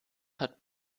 hat